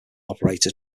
operator